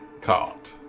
caught